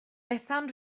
bethan